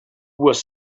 was